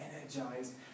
energized